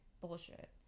bullshit